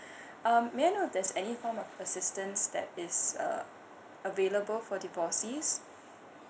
um may I know if there's any form of assistance that is uh available for divorcees